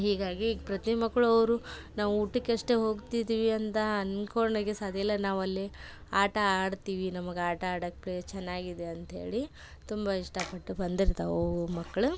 ಹೀಗಾಗಿ ಪ್ರತಿ ಮಕ್ಕಳು ಅವರು ನಾವು ಊಟಕ್ಕಷ್ಟೇ ಹೋಗ್ತಿದ್ದೀವಿ ಅಂತ ಅನ್ಕೊಳಕೆ ಸಾಧ್ಯ ಇಲ್ಲ ನಾವು ಅಲ್ಲಿ ಆಟ ಆಡ್ತೀವಿ ನಮ್ಗೆ ಆಟ ಆಡೋಕ್ಕೆ ಚೆನ್ನಾಗಿದೆ ಅಂತೇಳಿ ತುಂಬ ಇಷ್ಟಪಟ್ಟು ಬಂದಿರ್ತವೆ ಅವು ಮಕ್ಕಳು